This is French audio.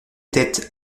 têtes